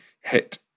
hit